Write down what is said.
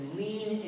lean